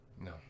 No